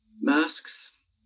masks